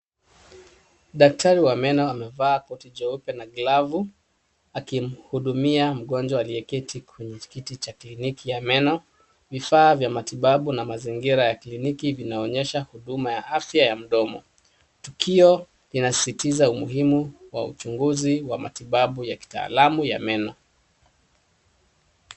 Daktari wa meno amevaa koti jeupe na glovu akimhudumia mgonjwa aliyeketi kwenye kiti cha kliniki ya meno. Vifaa vya matibabu na mazingira ya kliniki vinaonyesha huduma ya afya ya mdomo. Tukio linasisitiza umuhimu wa uchunguzi wa matibabu ya kitaalamu ya meno.